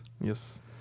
Yes